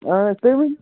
اۭں تُہۍ ؤنہِ